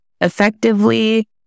effectively